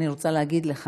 אני רוצה להגיד לך